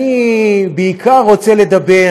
אני בעיקר רוצה לדבר